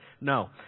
No